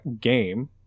Game